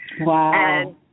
Wow